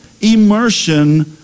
immersion